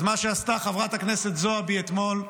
אז מה שעשתה חברת הכנסת זועבי אתמול,